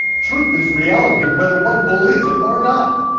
truth is reality whether one believes it or not.